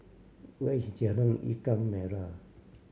where is Jalan Ikan Merah